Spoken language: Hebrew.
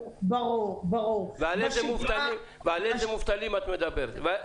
ועל איזה מובטלים את מדברת.